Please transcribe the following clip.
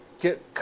get –